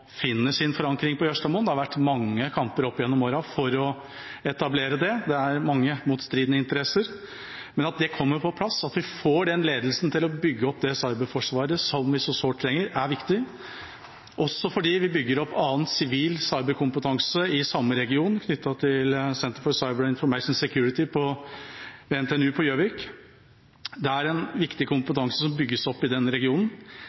finner sin forankring på Jørstadmoen. Det har vært mange kamper opp gjennom årene for å etablere det, det er mange motstridende interesser. Men det er viktig at det kommer på plass, at vi får den ledelsen til å bygge opp det cyberforsvaret, som vi så sårt trenger, også fordi vi bygger opp annen sivil cyberkompetanse i samme region, knyttet til Center for Cyber and Information Security ved NTNU på Gjøvik. Det er en viktig kompetanse som bygges opp i den regionen.